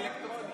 אלקטרונית.